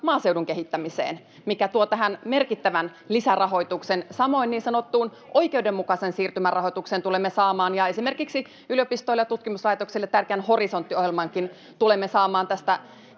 maaseudun kehittämiseen, mikä tuo tähän merkittävän lisärahoituksen. Samoin niin sanottuun oikeudenmukaisen siirtymän rahoitukseen tulemme saamaan, ja esimerkiksi yliopistoille ja tutkimuslaitoksille tärkeään Horisontti-ohjelmaankin tulemme saamaan tästä